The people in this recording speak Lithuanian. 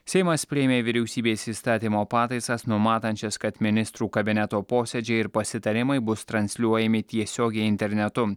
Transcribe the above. seimas priėmė vyriausybės įstatymo pataisas numatančias kad ministrų kabineto posėdžiai ir pasitarimai bus transliuojami tiesiogiai internetu